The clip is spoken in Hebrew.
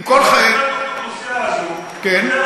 עם כל, האוכלוסייה הזאת, כן.